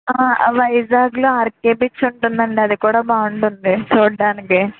వైజాగ్లో RK beach ఉంటుందండి అది కూడా బాగుంటుంది చూడటానికి